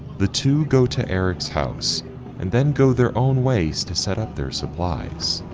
the two go to eric's house and then go their own ways to set up their supplies.